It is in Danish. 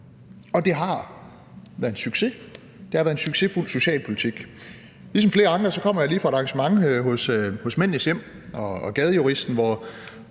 og det har været en succes. Det har været en succesfuld socialpolitik. Ligesom flere andre kommer jeg lige fra et arrangement hos Mændenes Hjem og Gadejuristen, hvor